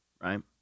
right